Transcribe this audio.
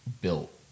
built